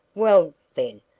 well, then,